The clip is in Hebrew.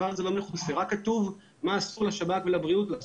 רק כתוב מה אסור לשב"כ ולמשרד הבריאות לעשות.